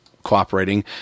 cooperating